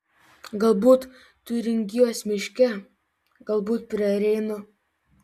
galbūt tiuringijos miške galbūt prie reino